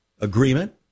agreement